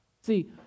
see